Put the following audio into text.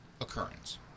occurrence